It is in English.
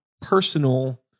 personal